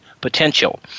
Potential